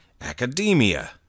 academia